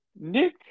Nick